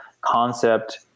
concept